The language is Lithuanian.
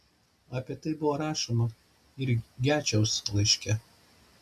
apie tai buvo rašoma ir gečiaus laiške